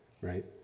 right